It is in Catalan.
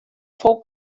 fou